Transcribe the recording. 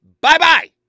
bye-bye